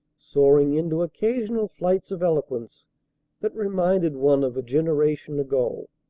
soaring into occasional flights of eloquence that reminded one of a generation ago.